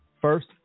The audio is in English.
first